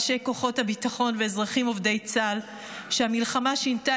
אנשי כוחות הביטחון ואזרחים עובדי צה"ל שהמלחמה שינתה